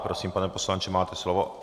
Prosím, pane poslanče, máte slovo.